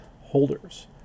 holders